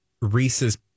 Reese's